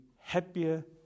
happier